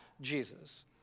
Jesus